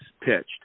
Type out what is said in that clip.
pitched